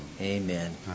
Amen